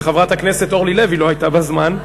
וחברת הכנסת אורלי לוי לא הייתה בזמן,